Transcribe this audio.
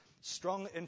strong